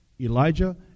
Elijah